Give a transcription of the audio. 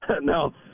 No